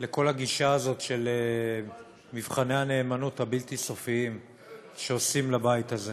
לכל הגישה הזאת של מבחני הנאמנות האין-סופיים שעושים לבית הזה